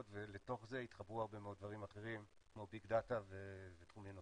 ולתוך זה יתחברו הרבה דברים אחרים כמו ביג דאטה ותחומים נוספים.